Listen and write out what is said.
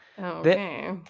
okay